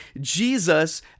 Jesus